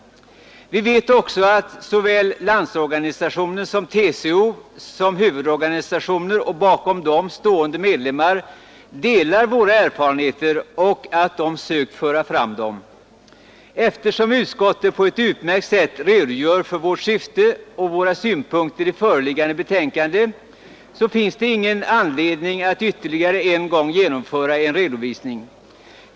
Vi vet också att såväl LO som TCO som huvudorganisationer och bakom dem stående medlemmar delar våra erfarenheter och att de sökt föra fram dem. Eftersom utskottet på ett utmärkt sätt redogör för vårt syfte och våra synpunkter i föreliggande betänkande finns det ingen anledning att ytterligare en gång genomföra en redovisning.